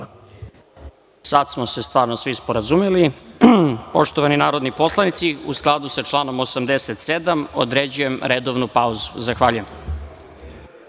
Sada smo se stvarno svi sporazumeli. Poštovani narodni poslanici, u skladu sa članom 87, određujem redovnu pauzu. Zahvaljujem.(Posle